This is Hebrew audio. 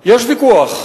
יש ויכוח.